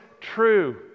true